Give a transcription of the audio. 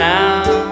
now